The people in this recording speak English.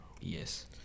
Yes